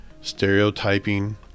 stereotyping